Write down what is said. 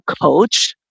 coach